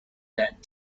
that